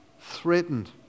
threatened